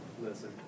Listen